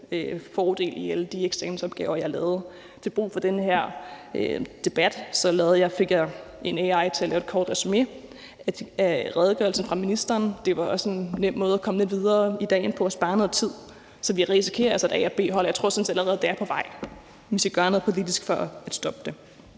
fordel i alle de eksamensopgaver, jeg lavede. Til brug for den her debat fik jeg en AI til at lave et kort resumé af redegørelsen fra ministeren, og det var også en nem måde at komme lidt videre i dagen på og spare noget tid. Så vi risikerer altså et A-hold og B-hold, og jeg tror sådan set allerede, det er på vej, men at vi skal gøre noget politisk for at stoppe det.